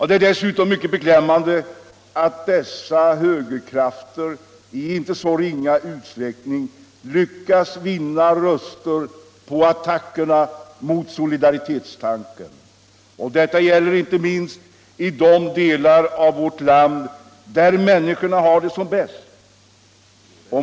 Det är dessutom mycket beklämmande att dessa högerkrafter i inte så ringa utsträckning lyckats vinna röster på att tackla solidaritetstanken. Detta gäller inte minst i de delar av vårt land där människorna har det som bäst.